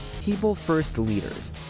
PeopleFirstLeaders